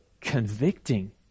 convicting